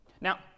Now